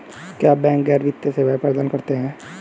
क्या बैंक गैर वित्तीय सेवाएं प्रदान करते हैं?